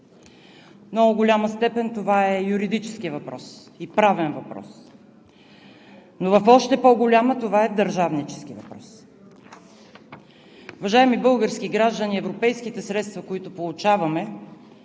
В много голяма степен това е юридически, правен въпрос. Но в още по-голяма това е държавнически въпрос. Уважаеми български граждани, европейските средства, които получаваме,